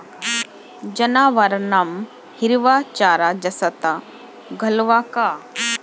जनावरांना हिरवा चारा जास्त घालावा का?